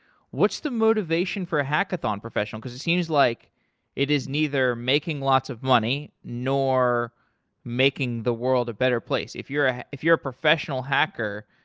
what's the motivation for a hackathon professional? because it seems like it is neither making lots of money, nor making the world a better place. if you're ah if you're a professional hacker,